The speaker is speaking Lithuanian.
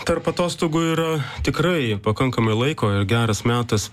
tarp atostogų yra tikrai pakankamai laiko ir geras metas